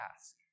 ask